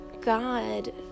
God